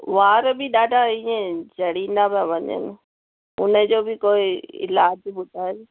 वार बि ॾाढा ईअं झणिंदा पिया वञनि उनजो बि कोई इलाज ॿुधायो